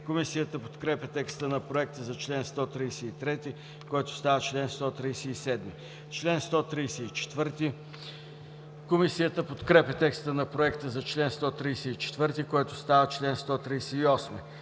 Комисията подкрепя текста на Проекта за чл. 130, който става чл. 134. Комисията подкрепя текста на Проекта за чл. 131, който става чл. 135.